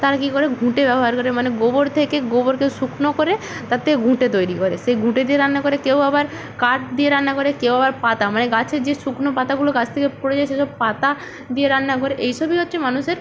তারা কি করি ঘুঁটে ব্যবহার করি মানে গোবর থেকে গোবরকে শুকনো করে তার থেকে ঘুঁটে তৈরি করে সেই ঘুঁটে দিয়ে রান্না করে কেউ আবার কাট দিয়ে রান্না করে কেউ আবার পাতা মানে গাছের যে শুকনো পাতাগুলো গাছ থেকে পড়ে যায় সেই সব পাতা দিয়ে রান্না করে এই সবই হচ্ছে মানুষের